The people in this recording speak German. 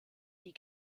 die